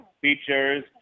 features